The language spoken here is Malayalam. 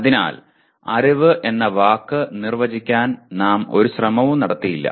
അതിനാൽ അറിവ് എന്ന വാക്ക് നിർവചിക്കാൻ നാം ഒരു ശ്രമവും നടത്തിയില്ല